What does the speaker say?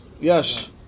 Yes